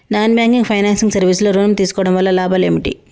Non banking finance service లో ఋణం తీసుకోవడం వల్ల లాభాలు ఏమిటి?